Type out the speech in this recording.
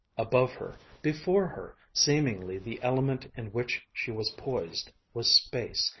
above her, before her, seemingly the element in which she was poised, was space,